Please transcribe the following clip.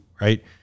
right